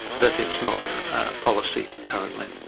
that it's not policy currently.